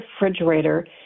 refrigerator